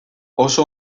oso